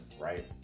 right